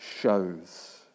shows